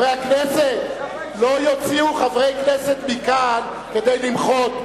לא יוציאו חברי כנסת מכאן כדי למחות.